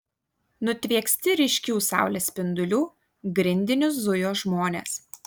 nutvieksti ryškių saulės spindulių grindiniu zujo žmonės